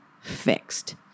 fixed